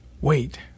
Wait